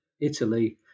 Italy